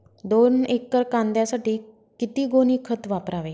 दोन एकर कांद्यासाठी किती गोणी खत वापरावे?